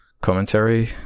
commentary